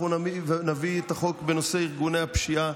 נביא את החוק בנושא ארגוני הפשיעה